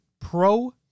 Pro